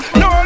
no